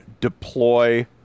deploy